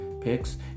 Picks